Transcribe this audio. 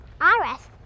Iris